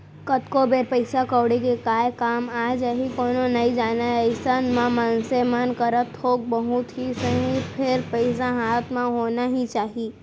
कतको बेर पइसा कउड़ी के काय काम आ जाही कोनो नइ जानय अइसन म मनसे मन करा थोक बहुत ही सही फेर पइसा हाथ म होना ही चाही